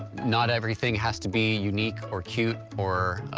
not everything has to be unique or cute or,